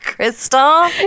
Crystal